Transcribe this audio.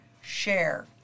share